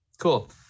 cool